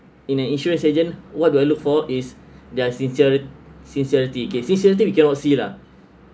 in a insurance agent what do I look for is their sinceri~ sincerity K sincerity we cannot see lah